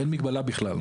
אין מגבלה בכלל.